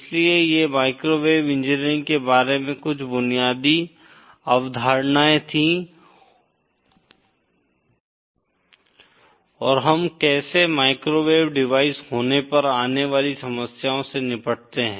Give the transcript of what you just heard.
इसलिए ये microwave engineering के बारे में कुछ बुनियादी अवधारणाएं थीं और हम कैसे माइक्रोवेव डिवाइस होने पर आने वाली समस्याओं से निपटते हैं